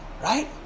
right